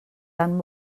tan